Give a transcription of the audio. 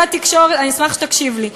אני אשמח שתקשיב לי,